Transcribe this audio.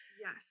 Yes